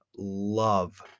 love